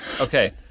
okay